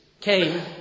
came